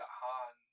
Han